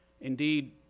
Indeed